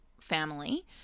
family